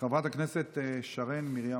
חברת הכנסת שרן מרים השכל,